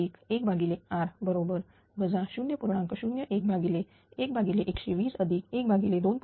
0235 Hz जर f बरोबर f0FSS तर हे 60 अधिक 0